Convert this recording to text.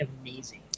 amazing